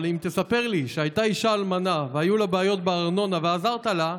אבל אם תספר לי שהייתה אישה אלמנה והיו לה בעיות בארנונה ועזרת לה,